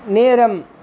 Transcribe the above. நேரம்